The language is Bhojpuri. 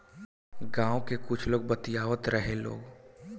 गाँव के कुछ लोग बतियावत रहेलो